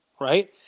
right